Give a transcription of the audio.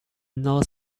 not